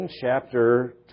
chapter